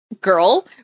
girl